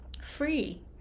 free